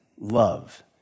love